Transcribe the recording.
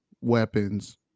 weapons